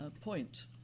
point